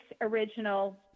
original